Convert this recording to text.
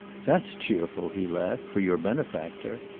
that's cheerful, he laughed, for your benefactor!